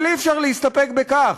אבל אי-אפשר להסתפק בכך.